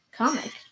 comic